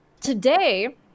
Today